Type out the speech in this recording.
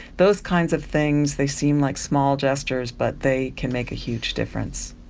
those kinds of things, they seem like small gestures but they can make a huge difference.